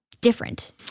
different